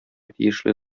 тиешле